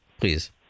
please